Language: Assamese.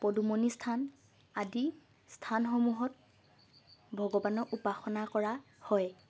পদুমনি থান আদি স্থানসমূহত ভগৱানক উপাসনা কৰা হয়